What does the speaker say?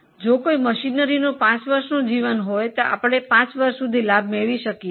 જો કોઈ યંત્રો 5 વર્ષ સુધી વપરાશમાં આપશે તો આપણે 5 વર્ષ સુધી લાભ મેળવી શકીશું